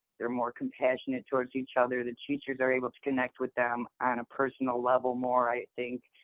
they're more compassionate towards each other. the teachers are able to connect with them on a personal level more, i think.